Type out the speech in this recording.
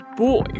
Boy